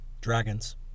Dragons